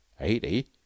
Eighty